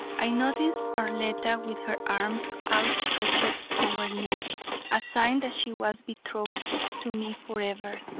i noticed arletta with her arms outstretched toward me a sign that she was betrothed to me forever.